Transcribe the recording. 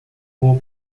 como